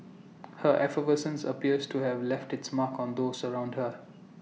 her effervescence appears to have left its mark on those around her